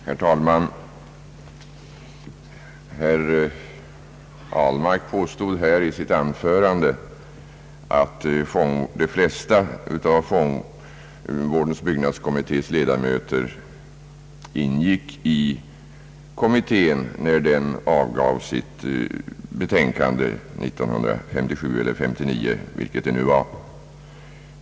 Herr talman! Herr Almark påstod i sitt senaste anförande, att de flesta av fångvårdens byggnadskommittés ledamöter ingick i kommittén när den avgav sitt betänkande — 1957 eller 1959, vilket år det nu var.